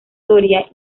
soria